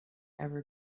ever